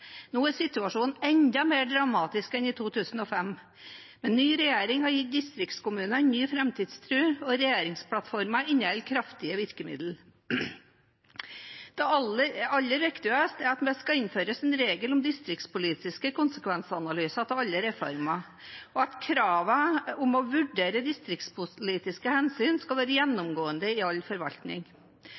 Nå er situasjonen enda mer dramatisk enn i 2005, men ny regjering har gitt distriktskommunene ny framtidstro, og regjeringsplattformen inneholder kraftige virkemidler. Det aller viktigste er at det skal innføres en regel om distriktspolitiske konsekvensanalyser av alle reformer, og at kravene om å vurdere distriktspolitiske hensyn skal være gjennomgående i all forvaltning.